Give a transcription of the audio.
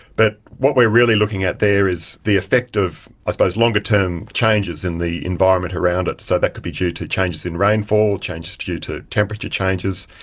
but what we're really looking at there is the effect of i suppose longer-term changes in the environment around it. so that could be due to changes in rainfall, changes due to temperature changes,